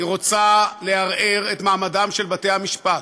היא רוצה לערער את מעמדם של בתי-המשפט,